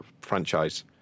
franchise